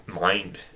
mind